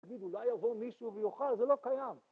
תגיד אולי יבוא מישהו ויאכל? זה לא קיים